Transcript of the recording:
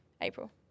April